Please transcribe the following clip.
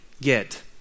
get